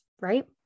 right